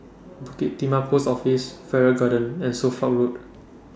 Bukit Timah Post Office Farrer Garden and Suffolk Road